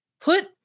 put